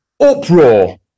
uproar